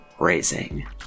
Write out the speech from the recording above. raising